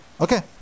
okay